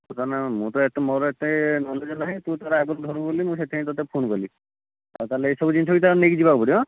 ମୁଁ ତ ଏତେ ମୋର ଏତେ ନଲେଜ୍ ନାହିଁ ତୁ ତୋର ଆଗରୁ ଧରୁ ବୋଲି ମୁଁ ସେଥିପାଇଁ ତୋତେ ଫୋନ୍ କଲି ଆଉ ତା'ହେଲେ ଏସବୁ ଜିନିଷ ତା'ହେଲେ ନେଇକି ଯିବାକୁ ପଡ଼ିବ ହେଁ